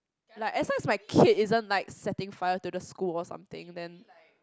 like as long as my kid isn't like setting fire to the school or something then